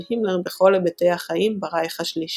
הימלר בכל היבטי החיים ברייך השלישי.